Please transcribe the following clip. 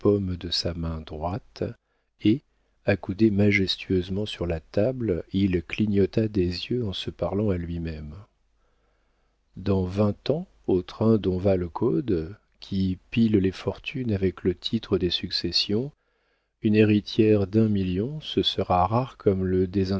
de sa main droite et accoudé majestueusement sur la table il clignota des yeux en se parlant à lui-même dans vingt ans au train dont va le code qui pile les fortunes avec le titre des successions une héritière d'un million ce sera rare comme le